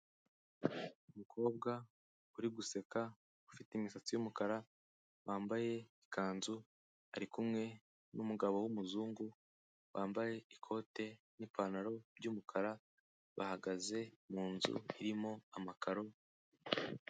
Umukobwa uri guseka ufite imisatsi y'umukara wambaye ikanzu ari kumwe n'umugabo w'umuzungu wambaye ikote nipantaro by'umukara bahagaze mun nzu irimo amakaro.